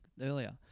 earlier